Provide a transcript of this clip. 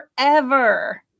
forever